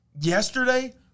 Yesterday